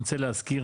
אני רוצה להזכיר,